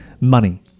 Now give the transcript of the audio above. Money